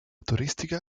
turística